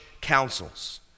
councils